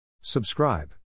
Subscribe